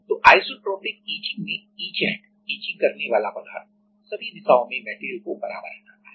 तो isotropic etching में etchant इचिंगकरने वाला पदार्थ सभी दिशाओं में मेटेरियल को बराबर हटाता है